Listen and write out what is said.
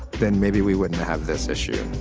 then maybe we wouldn't have this issue